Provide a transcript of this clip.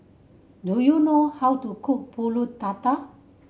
do you know how to cook Pulut Tatal